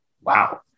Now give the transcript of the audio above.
Wow